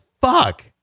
fuck